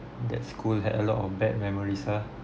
that school had a lot of bad memories ah